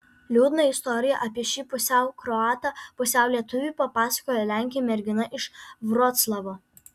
liūdną istoriją apie šį pusiau kroatą pusiau lietuvį papasakojo lenkė mergina iš vroclavo